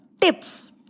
tips